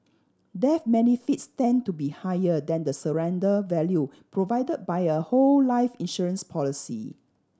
death benefits tend to be higher than the surrender value provided by a whole life insurance policy